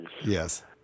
Yes